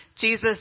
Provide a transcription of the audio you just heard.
Jesus